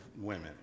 women